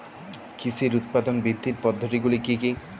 কৃষির উৎপাদন বৃদ্ধির পদ্ধতিগুলি কী কী?